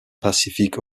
pacific